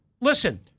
listen